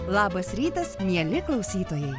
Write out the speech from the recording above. labas rytas mieli klausytojai